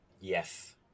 Yes